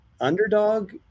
underdog